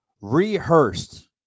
rehearsed